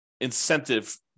incentive